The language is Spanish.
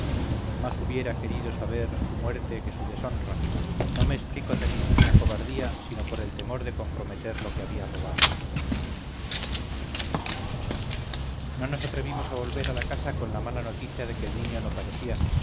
más hubiera querido saber su muerte que su deshonra no me explico tan indigna cobardía sino por el temor de comprometer lo que había robado no nos atrevimos a volver a la casa con la mala noticia de que el niño no parecía